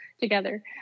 together